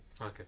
Okay